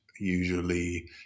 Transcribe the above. usually